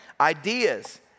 ideas